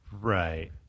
Right